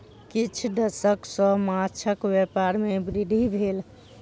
किछ दशक सॅ माँछक व्यापार में वृद्धि भेल